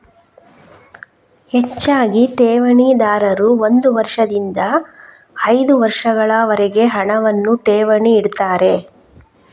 ಹೆಚ್ಚಾಗಿ ಠೇವಣಿದಾರರು ಒಂದು ವರ್ಷದಿಂದ ಐದು ವರ್ಷಗಳವರೆಗೆ ಹಣವನ್ನ ಠೇವಣಿ ಇಡ್ತಾರೆ